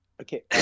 Okay